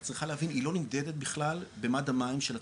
היא לא נמדדת בכלל במד המים של הצרכן,